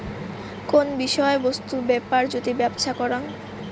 কোন বিষয় বস্তু বেপার যদি ব্যপছা করাং